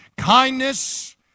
Kindness